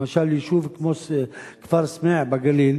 למשל יישוב כמו כפר-סמיע בגליל,